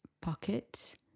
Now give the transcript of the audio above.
pocket